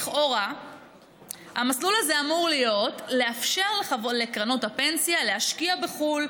לכאורה המסלול הזה אמור לאפשר לקרנות הפנסיה להשקיע בחו"ל,